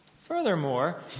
Furthermore